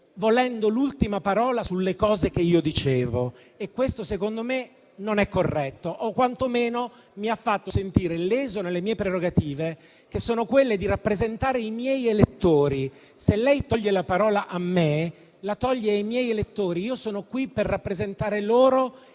volendo l'ultima parola sulle cose che io dicevo. Questo secondo me non è corretto o, quantomeno, mi ha fatto sentire leso nelle mie prerogative, che sono quelle di rappresentare i miei elettori. Se lei toglie la parola a me, la toglie ai miei elettori; io sono qui per rappresentare loro e